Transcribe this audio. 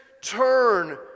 turn